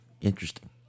interesting